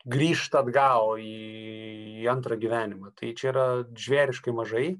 grįžta atgal į antrą gyvenimą tai čia yra žvėriškai mažai